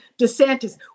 Desantis